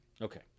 Okay